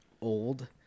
old